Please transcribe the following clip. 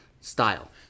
style